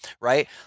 right